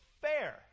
fair